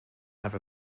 have